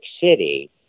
city